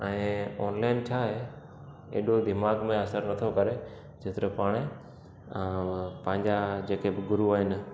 ऐं ऑनलाइन छाहे एॾो दिमाग़ में असरु नथो करे जेतिरो पाण पंहिंजा जेके गुरु आहिनि